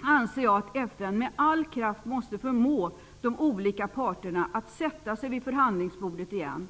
anser jag att FN med all kraft måste förmå de olika parterna att sätta sig vid förhandlingsbordet igen.